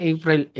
April